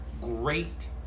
great